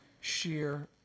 sheer